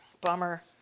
Bummer